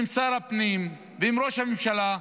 עם שר הפנים ועם ראש הממשלה,